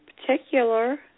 particular